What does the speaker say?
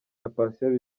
patient